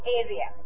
area